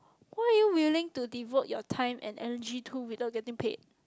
who are you willing to devote your time and energy to without getting paid